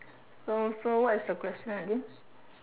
so so what is the crest and you